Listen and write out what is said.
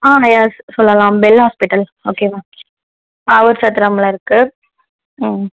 ஆமாம் எஸ் சொல்லலாம் Bell hospital ஓகேவா பாவூர்சத்திரம்ல இருக்குது ம்